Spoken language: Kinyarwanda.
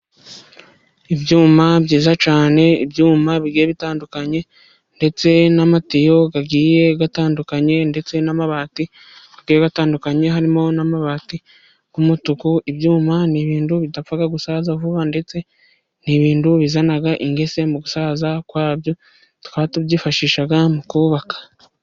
Ibyuma byiza cyane ibyuma bitandukanye, ndetse n'amatiyo agiye atandukanye ndetse n'amabati atandukanye, harimo n'amabati y'umutuku. Ibyuma n'ibintu bidapfa gusaza vuba ndetse n'ibintu bizana ingese mu gusaza kwabyo twatubyifashisha mu kubaka.